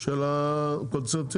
של הקונצרנים האלה?